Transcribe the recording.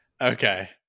Okay